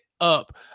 up